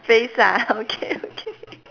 face ah okay okay